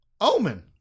omen